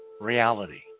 reality